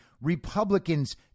Republicans